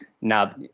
now